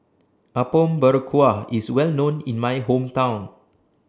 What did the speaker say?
Apom Berkuah IS Well known in My Hometown